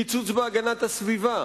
קיצוץ בהגנת הסביבה,